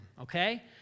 okay